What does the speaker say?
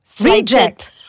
reject